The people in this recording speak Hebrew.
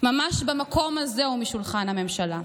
ממש במקום הזה ומשולחן הממשלה,